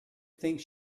think